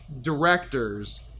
directors